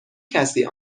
کسی